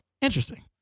Interesting